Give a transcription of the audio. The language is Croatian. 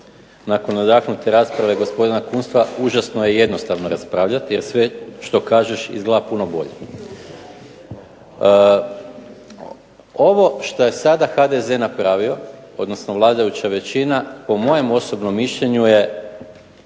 Nakon nadahnute rasprave gospodina Kunsta užasno je jednostavno raspravljati jer sve što kažeš izgleda puno bolje. Ovo što je sada HDZ napravio, odnosno vladajuća većina po mojem osobnom mišljenju je